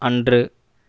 அன்று